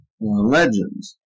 legends